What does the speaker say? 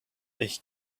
ich